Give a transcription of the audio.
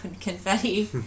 confetti